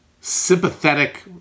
sympathetic